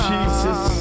Jesus